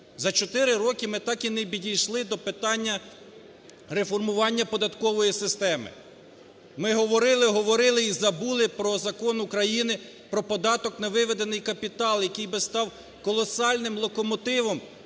роки ми так і не підійшли до питання реформування податкової системи. Ми говорили-говорили, і забули про Закон України про податок на виведений капітал, який би став колосальним локомотивом